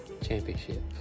championship